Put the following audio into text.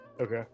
Okay